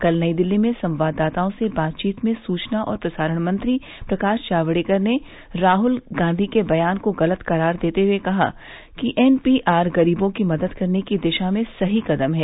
कल नई दिल्ली में संवाददाताओं से बातचीत में सूचना और प्रसारण मंत्री प्रकाश जावड़ेकर ने राहल गांधी के बयान को गलत करार देते हुए कहा कि एन पी आर गरीबों की मदद करने की दिशा में सही कदम है